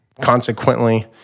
consequently